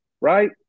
right